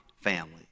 family